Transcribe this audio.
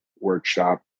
workshop